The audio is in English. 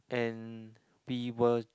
and we were